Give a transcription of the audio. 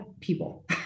people